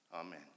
Amen